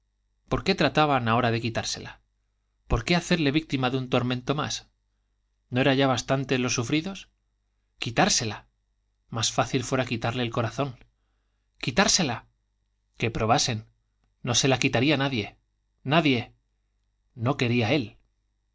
por trataban ahora de qué quitársela por qué hacerle víctima de un tormento más p no eran ya bastantes los sufridos quitársela más fácil fuera quitarle el corazón quitársela ique probasen no se la quitaría nadie nadie no quería él